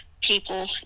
People